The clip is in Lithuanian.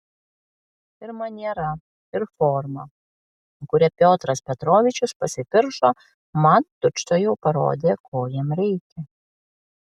ir maniera ir forma kuria piotras petrovičius pasipiršo man tučtuojau parodė ko jam reikia